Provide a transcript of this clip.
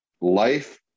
Life